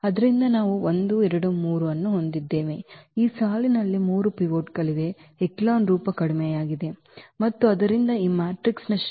ಆದ್ದರಿಂದ ನಾವು 1 2 3 ಅನ್ನು ಹೊಂದಿದ್ದೇವೆ ಈ ಸಾಲಿನಲ್ಲಿ 3 ಪಿವೋಟ್ಗಳಿವೆ ಎಚೆಲಾನ್ ರೂಪ ಕಡಿಮೆಯಾಗಿದೆ ಮತ್ತು ಆದ್ದರಿಂದ ಈ ಮ್ಯಾಟ್ರಿಕ್ಸ್ನ ಶ್ರೇಣಿ 3 ಆಗಿದೆ